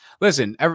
listen